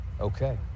okay